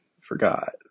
forgot